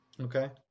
Okay